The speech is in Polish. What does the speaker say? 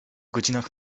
godzinach